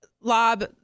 Lob